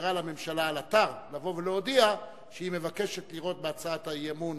ואפשרה לממשלה על אתר לבוא ולהודיע שהיא מבקשת לראות בהצעת האי-אמון